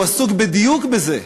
והוא עסוק בדיוק בזה.